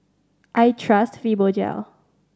I trust Fibogel